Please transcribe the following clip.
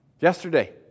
Yesterday